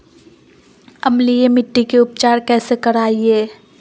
अम्लीय मिट्टी के उपचार कैसे करियाय?